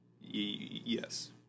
Yes